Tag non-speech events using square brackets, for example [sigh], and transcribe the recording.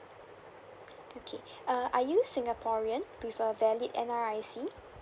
okay [breath] uh are you singaporean with a valid N_R_I_C